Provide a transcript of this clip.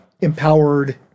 empowered